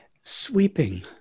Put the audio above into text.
sweeping